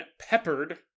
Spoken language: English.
peppered